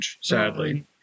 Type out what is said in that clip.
sadly